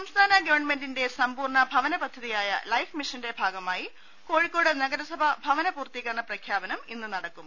സംസ്ഥാന ഗവൺമെന്റിന്റെ സമ്പൂർണ ഭവന പദ്ധതിയായ ലൈഫ് മിഷന്റെ ഭാഗമായി കോഴിക്കോട് നഗരസഭാ ഭവന പൂർത്തീകരണ പ്രഖ്യാപനം ഇന്ന് നടക്കും